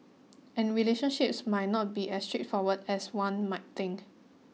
and relationships might not be as straightforward as one might think